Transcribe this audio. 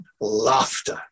Laughter